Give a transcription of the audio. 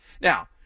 now